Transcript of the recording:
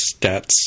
stats